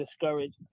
discouraged